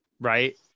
right